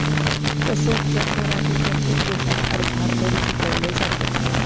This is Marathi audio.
तसेच जगभरातील प्रत्येक देशात अर्थार्जन शिकवले जाते